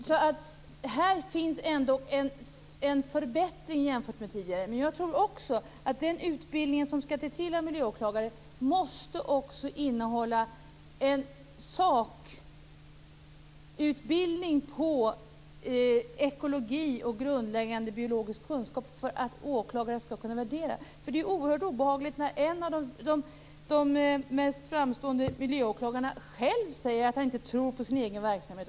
Fru talman! Här görs ändå en förbättring. Men jag menar att den utbildning av miljöåklagare som skall komma till stånd också måste innehålla en utbildning i ekologi och måste ge en grundläggande biologisk kunskap, så att åklagarna skall kunna värdera frågorna. Det är oerhört obehagligt när en av de mest framstående miljöåklagarna själv säger att han inte tror på sin egen verksamhet.